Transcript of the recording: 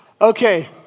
Okay